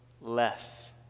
less